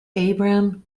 abram